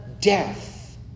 death